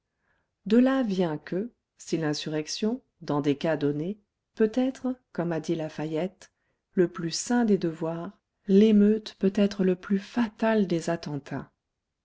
de là vient que si l'insurrection dans des cas donnés peut être comme a dit lafayette le plus saint des devoirs l'émeute peut être le plus fatal des attentats